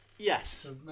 Yes